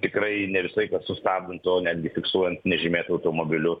tikrai ne visą laiką sustabdant o netgi fiksuojant nežymėtu automobiliu